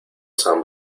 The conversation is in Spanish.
san